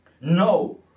No